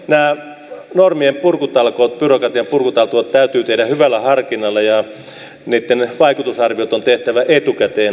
nämä normien purkutalkoot byrokratian purkutalkoot täytyy tehdä hyvällä harkinnalla ja niitten vaikutusarviot on tehtävä etukäteen oikealla tavalla